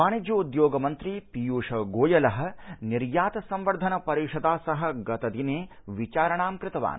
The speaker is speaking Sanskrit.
वाणिज्य उद्योग मन्त्री पीयूष गोयलः निर्यात संवर्धन परिषदा सह गतदिने विचारणां कृतवान्